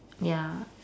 ya